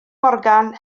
morgan